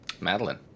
Madeline